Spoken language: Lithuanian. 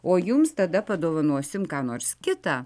o jums tada padovanosim ką nors kitą